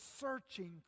searching